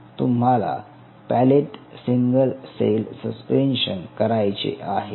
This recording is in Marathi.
तुम्हाला पॅलेट सिंगल सेल सस्पेन्शन करायचे आहे